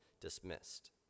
dismissed